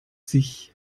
sich